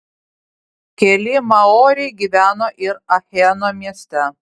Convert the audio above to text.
keli maoriai gyveno ir acheno mieste